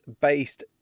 based